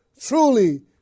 truly